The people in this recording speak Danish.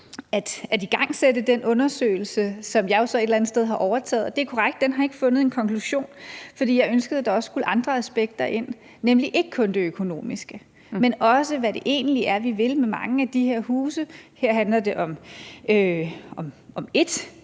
at igangsætte den undersøgelse, som jeg jo så et eller andet sted har overtaget. Det er korrekt, at den ikke har fundet en konklusion, fordi jeg ønskede, at der også skulle andre aspekter ind end det økonomiske, nemlig også hvad det egentlig er, vi vil med mange af de her huse – her handler det om ét